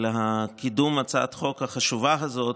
על קידום הצעת החוק החשובה הזאת.